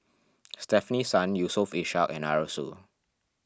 Stefanie Sun Yusof Ishak and Arasu